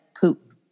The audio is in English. poop